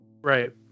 Right